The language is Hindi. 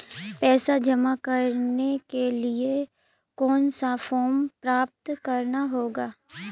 पैसा जमा करने के लिए कौन सा फॉर्म प्राप्त करना होगा?